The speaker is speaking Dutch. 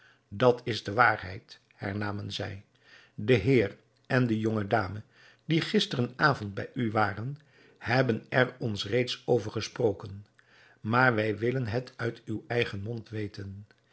dat is de waarheid hernamen zij de heer en de jonge dame die gisteren avond bij u waren hebben er ons reeds over gesproken maar wij willen het uit uw eigen mond weten